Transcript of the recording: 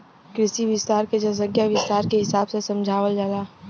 कृषि विस्तार के जनसंख्या विस्तार के हिसाब से समझावल जाला